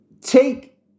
take